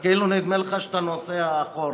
כאילו נדמה לך שאתה נוסע אחורה,